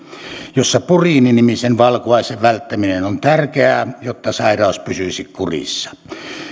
jossa puriini nimisen valkuaisen välttäminen on tärkeää jotta sairaus pysyisi kurissa